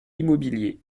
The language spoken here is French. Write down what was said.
immobilier